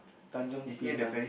Tanjong Pinang